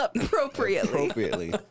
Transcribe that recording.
Appropriately